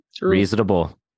Reasonable